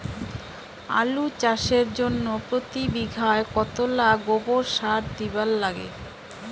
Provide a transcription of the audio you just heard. আলু চাষের জইন্যে প্রতি বিঘায় কতোলা গোবর সার দিবার লাগে?